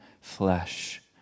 flesh